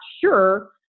sure